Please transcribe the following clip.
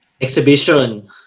exhibition